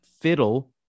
fiddle